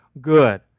good